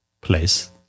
place